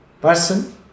person